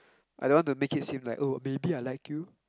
I don't want to make it seem like oh maybe I like you